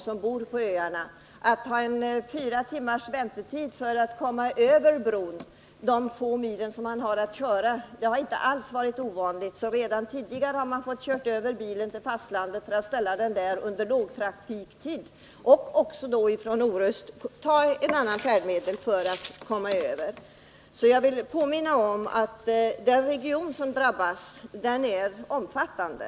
Det har hänt att trafikanterna fått vänta upp till fyra timmar för att få komma över bron och köra de få mil det oftast varit fråga om. Man har därför kört över bilarna till fastlandet under lågtrafiktid och sedan anlitat ett annat färdmedel för att komma över när det varit högtrafik. Jag vill alltså påminna om att den region som nu drabbats är mycket omfattande.